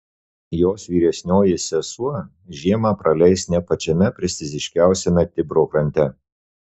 jos vyresnioji sesuo žiemą praleis ne pačiame prestižiškiausiame tibro krante